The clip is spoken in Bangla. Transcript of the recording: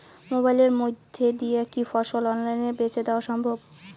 মোবাইলের মইধ্যে দিয়া কি ফসল অনলাইনে বেঁচে দেওয়া সম্ভব?